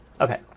Okay